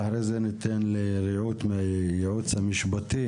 ואחר כך ניתן לרעות מהייעוץ המשפטי